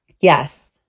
yes